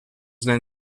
then